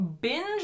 binge